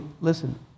listen